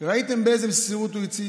ראיתם באיזו מסירות הוא הציל,